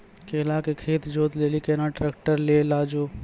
केला के खेत जोत लिली केना ट्रैक्टर ले लो जा?